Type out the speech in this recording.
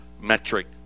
metric